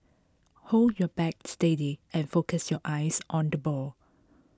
hold your bat steady and focus your eyes on the ball